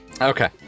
Okay